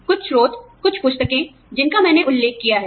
कुछ स्रोत कुछ पुस्तकें जिनका मैंने उल्लेख किया है